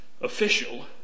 official